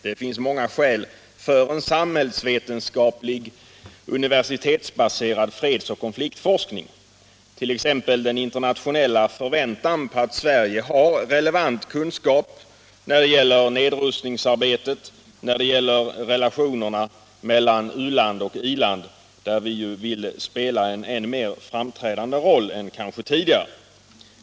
Det finns många skäl för en samhällsvetenskaplig universitetsbaserad fredsoch konfliktforskning, t.ex. den internationella förväntan att Sverige har relevant kunskap när det gäller nedrustningsarbetet och beträffande relationerna mellan u-land och i-land, där vi kanske vill spela en ännu mera framträdande roll än tidigare.